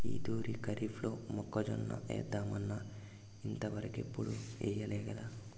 ఈ తూరి కరీఫ్లో మొక్కజొన్న ఏద్దామన్నా ఇంతవరకెప్పుడూ ఎయ్యలేకదా